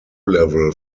level